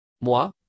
moi